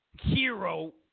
hero